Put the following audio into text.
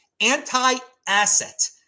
anti-asset